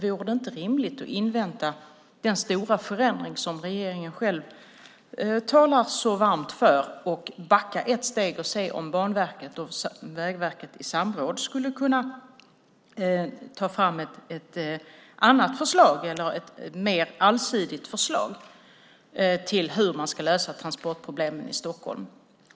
Vore det inte rimligt att invänta den stora förändring som regeringen talar så varmt för, backa ett steg och se om Banverket och Vägverket i samråd skulle kunna ta fram ett annat, mer allsidigt förslag till hur man ska lösa transportproblemen i Stockholm?